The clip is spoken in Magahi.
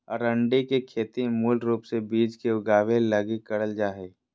अरंडी के खेती मूल रूप से बिज के उगाबे लगी करल जा हइ